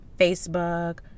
Facebook